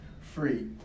Free